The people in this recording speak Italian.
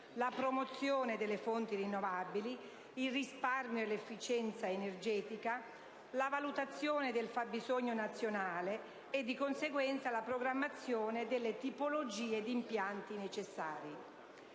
la promozione delle fonti rinnovabili, il risparmio e 1'efficienza energetica, la valutazione del fabbisogno nazionale e, conseguentemente, la programmazione delle tipologie di impianti necessari.